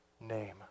name